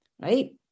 Right